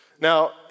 Now